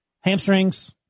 Hamstrings